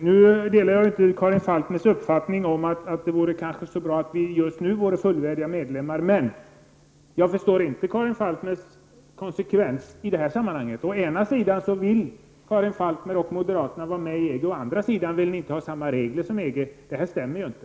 Fru talman! Jag delar inte Karin Falkmers uppfattning att det vore så bra om vi just nu vore fullvärdiga medlemmar. Men jag förstår inte Karin Falkmers konsekvens i detta sammanhang. Å ena sidan vill Karin Falkmer och moderaterna var med i EG, å andra sidan vill ni inte ha samma regler som EG. Detta stämmer inte.